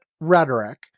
rhetoric